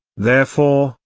therefore,